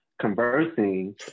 conversing